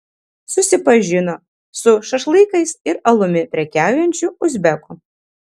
susipažino su šašlykais ir alumi prekiaujančiu uzbeku